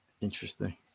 interesting